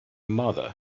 mother